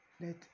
Let